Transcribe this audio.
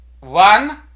one